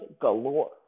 galore